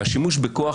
השימוש בכוח,